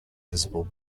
visible